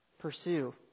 Pursue